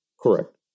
Correct